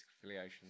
affiliations